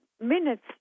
minutes